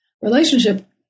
relationship